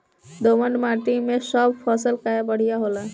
दोमट माटी मै सब फसल काहे बढ़िया होला?